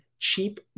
cheap